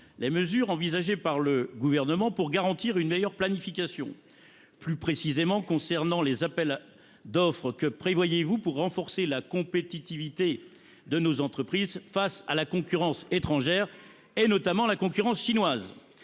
les mesures envisagées par le Gouvernement pour garantir une meilleure planification ? Plus précisément, concernant les appels d’offres, que prévoyez vous pour renforcer la compétitivité de nos entreprises face à la concurrence étrangère, notamment chinoise